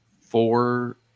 four